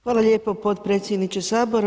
Hvala lijepo potpredsjedniče Sabora.